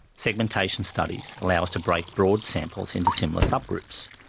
segmentation studies allow us to break broad samples into similar sub-groups,